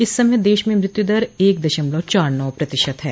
इस समय देश में मृत्युदर एक दशमलव चार नौ प्रतिशत है